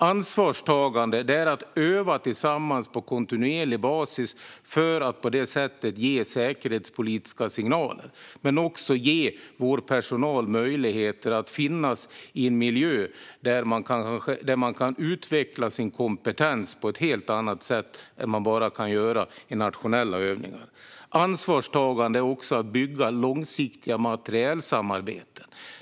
Ansvarstagande är att öva tillsammans på kontinuerlig basis för att på det sättet ge säkerhetspolitiska signaler men också för att ge vår personal möjligheter att finnas i en miljö där man kan utveckla sin kompetens på ett helt annat sätt än vad man kan göra med endast nationella övningar. Ansvarstagande är också att bygga långsiktiga materielsamarbeten.